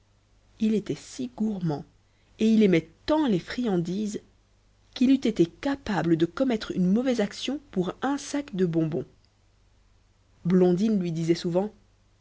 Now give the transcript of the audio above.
il était si gourmand et il aimait tant les friandises qu'il eût été capable de commettre une mauvaise action pour un sac de bonbons blondine lui disait souvent